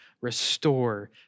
restore